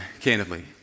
candidly